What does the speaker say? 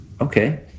okay